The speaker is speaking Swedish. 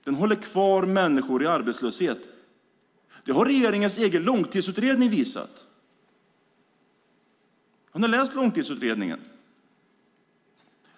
Den håller kvar människor i arbetslöshet. Det har regeringens egen långtidsutredning visat. Har ni läst den?